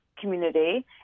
community